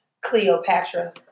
Cleopatra